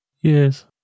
yes